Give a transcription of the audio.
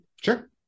Sure